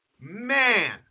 Man